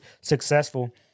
successful